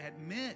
admit